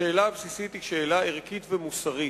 השאלה הבסיסית היא שאלה ערכית ומוסרית.